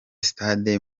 sitade